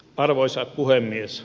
arvoisa puhemies